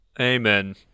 Amen